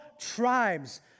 tribes